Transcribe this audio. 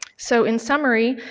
so, in summary,